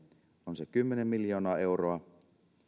on se kymmenen miljoonaa euroa